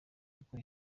kuko